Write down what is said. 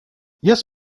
yes